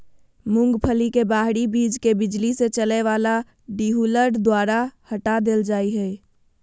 मूंगफली के बाहरी बीज के बिजली से चलय वला डीहुलर द्वारा हटा देल जा हइ